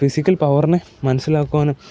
physical പവറ്നെ മനസിലാക്കുവാനും